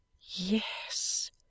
Yes